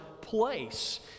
place